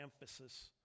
emphasis